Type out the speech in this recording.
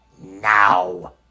now